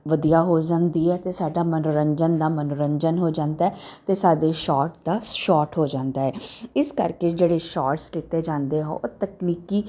ਵਧੀਆ ਹੋ ਜਾਂਦੀ ਹੈ ਅਤੇ ਸਾਡਾ ਮਨੋਰੰਜਨ ਦਾ ਮਨੋਰੰਜਨ ਹੋ ਜਾਂਦਾ ਅਤੇ ਸਾਡੇ ਸ਼ਾਰਟ ਦਾ ਸ਼ਾਰਟ ਹੋ ਜਾਂਦਾ ਇਸ ਕਰਕੇ ਜਿਹੜੇ ਸ਼ਾਰਟ ਲਿੱਤੇ ਜਾਂਦੇ ਹੋ ਉਹ ਤਕਨੀਕੀ